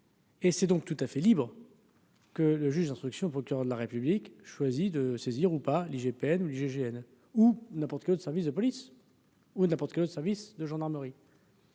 Et c'est donc tout à fait libre. Que le juge d'instruction, procureur de la République, choisi de saisir ou pas, l'IGPN ou du GIGN ou n'importe quel autre service de police ou de la porte culotte service de gendarmerie.